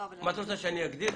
מה את רוצה, שאני אגדיר?